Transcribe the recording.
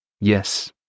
Yes